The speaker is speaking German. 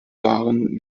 waren